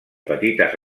petites